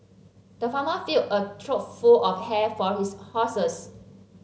the farmer filled a trough full of hay for his horses